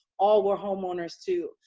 all were homeowners, too.